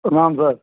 प्रणाम सर